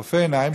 רופאי עיניים,